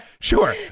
sure